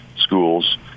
schools